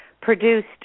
produced